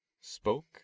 spoke